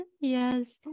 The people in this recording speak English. Yes